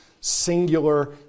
singular